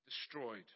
destroyed